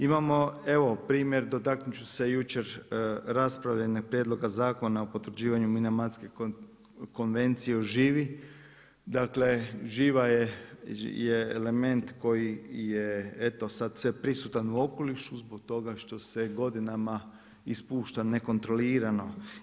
Imamo evo primjer, dotaknuti ću se jučer raspravljenog Prijedloga zakona o potvrđivanju Minamatske konvencije o živi, dakle živa je element koji je eto sada sve prisutan u okolišu zbog toga što se godinama ispušta nekontrolirano.